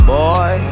boy